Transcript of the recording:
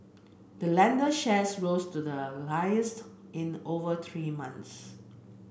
the lender's shares rose to their in over three months